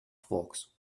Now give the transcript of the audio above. quarks